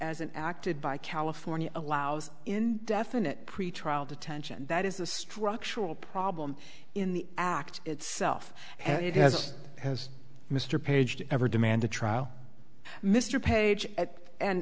as an acted by california allows indefinite pretrial detention that is a structural problem in the act itself and it has has mr paged ever demand a trial mr page